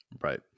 Right